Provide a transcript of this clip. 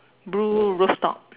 blue rooftop